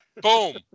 Boom